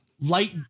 light